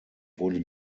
wurde